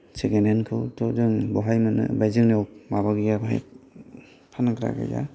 second hand खौथ' जों बेवहाय मोना ओमफ्राय जोंनियाव माबा गैया बेहाय फानग्रा गैया